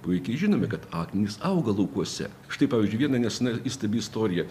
puikiai žinome kad akmenys auga laukuose štai pavyzdžiui viena nesena įstabi istorija